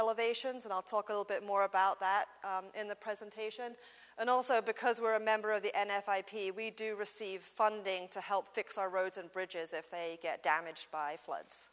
elevations and i'll talk a little bit more about that in the presentation and also because we're a member of the n f ip we do receive funding to help fix our roads and bridges if they get damaged by floods